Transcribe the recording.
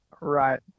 Right